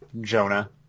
Jonah